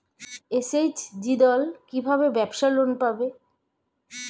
SHG দল কী ভাবে ব্যাবসা লোন পাবে?